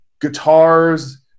guitars